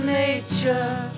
nature